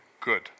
good